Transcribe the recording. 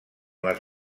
les